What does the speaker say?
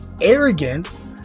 Arrogance